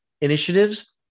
initiatives